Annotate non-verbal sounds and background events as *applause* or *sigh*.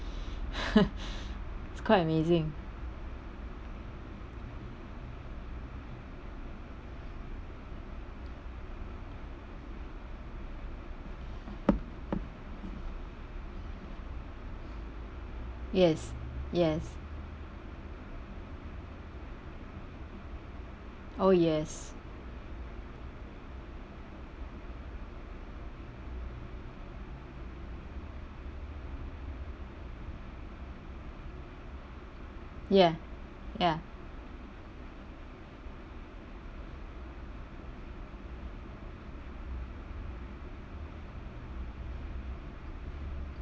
*laughs* it's quite amazing yes yes oh yes ya ya